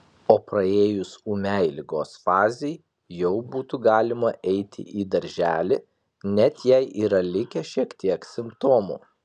o praėjus ūmiai ligos fazei jau būtų galima eiti į darželį net jei yra likę šiek tiek simptomų